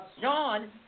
John